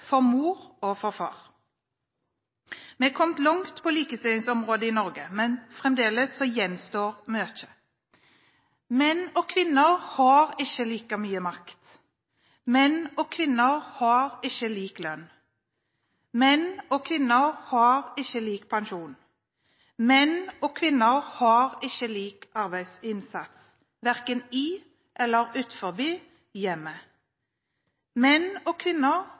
for mor og for far. Vi har kommet langt på likestillingsområdet i Norge, men fremdeles gjenstår mye. Menn og kvinner har ikke like mye makt. Menn og kvinner har ikke lik lønn. Menn og kvinner har ikke lik pensjon. Menn og kvinner har ikke lik arbeidsinnsats, verken i eller utenfor hjemmet. Menn og kvinner